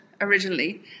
Originally